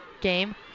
game